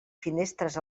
finestres